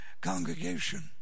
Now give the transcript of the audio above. congregation